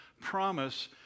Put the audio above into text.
promise